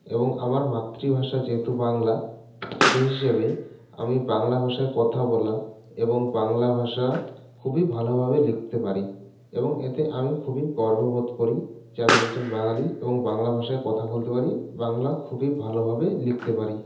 এবং আমার মাতৃভাষা যেহেতু বাংলা সেই হিসাবে আমি বাংলা ভাষায় কথা বলা এবং বাংলা ভাষা খুবই ভালোভাবে লিখতে পারি এবং এতে আমি খুবই গর্ব বোধ করি যে আমি একজন বাঙালি এবং বাংলা ভাষায় কথা বলতে পারি বাংলা খুবই ভালোভাবে লিখতে পারি